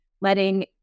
letting